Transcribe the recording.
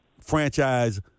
franchise